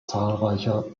zahlreicher